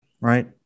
right